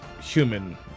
human